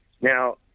Now